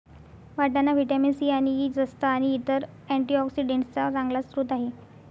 वाटाणा vitamin C आणि E, जस्त आणि इतर अँटीऑक्सिडेंट्सचा चांगला स्रोत आहे